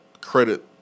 credit